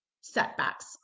setbacks